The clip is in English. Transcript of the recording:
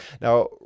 Now